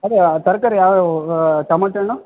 ಅದೇ ತರಕಾರಿ ಯಾವ ಯಾವು ಟಮಾಟೆ ಹಣ್ಣು